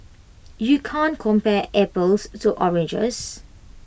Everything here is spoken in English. you can't compare apples to oranges